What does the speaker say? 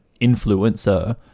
influencer